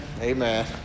Amen